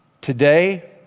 today